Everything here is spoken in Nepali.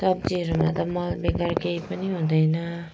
सब्जीहरूमा त मल बेगर केही पनि हुँदैन